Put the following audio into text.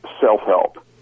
self-help